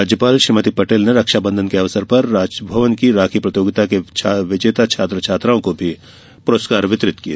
राज्यपाल श्रीमती पटेल ने रक्षाबंधन के अवसर पर राजभवन की राखी प्रतियोगिता के विजेता छात्र छात्राओं को भी पुरस्कार वितरित किये